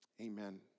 Amen